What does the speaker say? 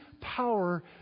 power